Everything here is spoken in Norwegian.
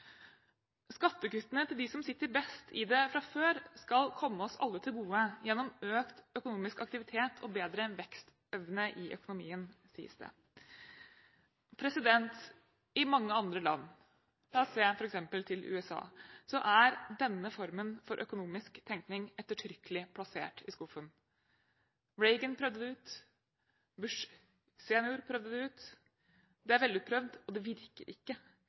Skattekuttene til dem som sitter best i det fra før, skal komme oss alle til gode gjennom økt økonomisk aktivitet og bedre vekstevne i økonomien, sies det. I mange andre land – da ser jeg f.eks. til USA – er denne formen for økonomisk tenkning ettertrykkelig plassert i skuffen. Reagan prøvde det ut, Bush senior prøvde det ut. Det er velutprøvd, og det virker ikke.